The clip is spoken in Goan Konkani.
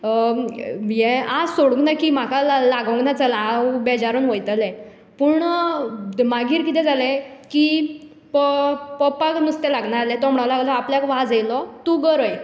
ये आस सोडूंक ना की म्हाका लागूना चल हांव बेजारून वयतलें पूण मागीर कितें जाले की पो पप्पाक नुस्तें लागना जालें तो म्हणूंक लागलो आपल्याक वाज आयलो तू गरय